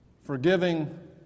forgiving